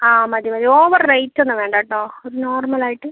ആ മതി മതി ഓവർ റേറ്റ് ഒന്നും വേണ്ട കേട്ടോ ഒരു നോർമൽ ആയിട്ട്